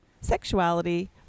sexuality